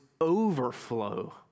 overflow